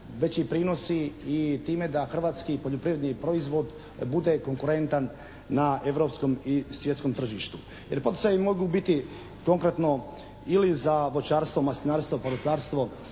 veći prinosi i time da hrvatski poljoprivredni proizvod bude konkurentan na europskom i svjetskom tržištu. Jer poticaju mogu biti konkretno ili za voćarstvo, maslinarstvo, povrtlarstvo